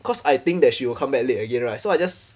cause I think that she will come back late again right so I just